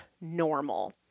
normal